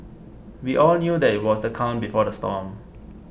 we all knew that it was the calm before the storm